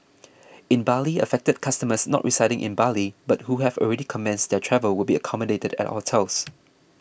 in Bali affected customers not residing in Bali but who have already commenced their travel will be accommodated at hotels